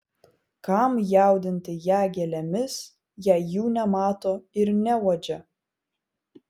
kam jaudinti ją gėlėmis jei jų nemato ir neuodžia